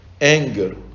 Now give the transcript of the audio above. anger